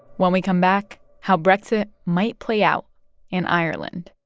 when we come back, how brexit might play out in ireland